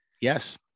Yes